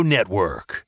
Network